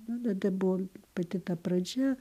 nu tada buvo pati ta pradžia